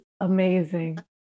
amazing